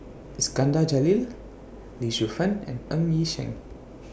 Iskandar Jalil Lee Shu Fen and Ng Yi Sheng